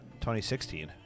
2016